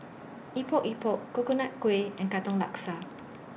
Epok Epok Coconut Kuih and Katong Laksa